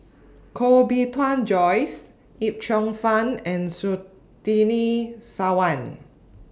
Koh Bee Tuan Joyce Yip Cheong Fun and Surtini Sarwan